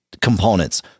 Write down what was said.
components